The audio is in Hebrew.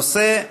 הנושא: